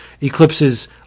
eclipses